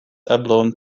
eblon